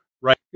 right